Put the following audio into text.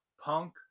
Punk